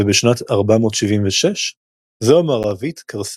ובשנת 476 זו המערבית קרסה.